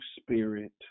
spirit